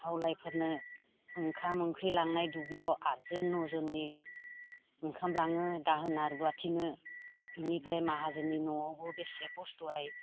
हावलायफोरनो ओंखाम ओंख्रि लांनाय दुब्लियाव आदजोन नयजोननि ओंखाम लाङो दाहोना रुवाथिनो बेनिफ्राय माहाजोननि न'आव बेसे कस्त'हाय